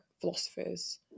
philosophers